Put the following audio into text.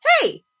hey